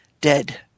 dead